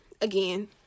again